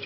er